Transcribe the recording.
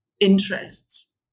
interests